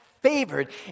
favored